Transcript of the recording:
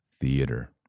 theater